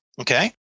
Okay